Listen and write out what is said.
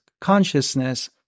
consciousness